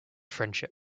friendship